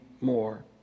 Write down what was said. more